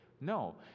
No